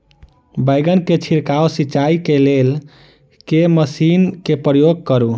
बैंगन केँ छिड़काव सिचाई केँ लेल केँ मशीन केँ प्रयोग करू?